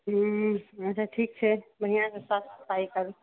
हूँ अच्छा ठीक छै बढ़िआँ से साफ सफाइ करू